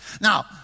Now